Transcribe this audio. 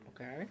Okay